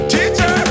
Teacher